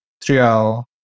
trial